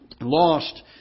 lost